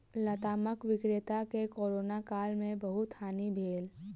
लतामक विक्रेता के कोरोना काल में बहुत हानि भेल